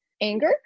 anger